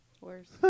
Worse